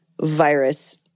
virus